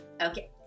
Okay